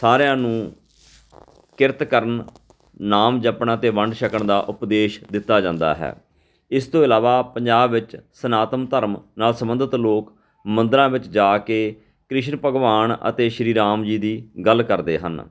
ਸਾਰਿਆਂ ਨੂੰ ਕਿਰਤ ਕਰਨ ਨਾਮ ਜਪਣਾ ਅਤੇ ਵੰਡ ਛੱਕਣ ਦਾ ਉਪਦੇਸ਼ ਦਿੱਤਾ ਜਾਂਦਾ ਹੈ ਇਸ ਤੋਂ ਇਲਾਵਾ ਪੰਜਾਬ ਵਿੱਚ ਸਨਾਤਨ ਧਰਮ ਨਾਲ ਸੰਬੰਧਿਤ ਲੋਕ ਮੰਦਰਾਂ ਵਿੱਚ ਜਾ ਕੇ ਕ੍ਰਿਸ਼ਨ ਭਗਵਾਨ ਅਤੇ ਸ਼੍ਰੀ ਰਾਮ ਜੀ ਦੀ ਗੱਲ ਕਰਦੇ ਹਨ